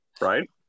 Right